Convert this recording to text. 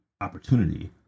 opportunity